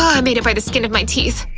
i made it by the skin of my teeth!